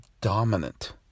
dominant